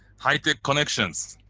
high tech connections.